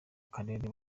karere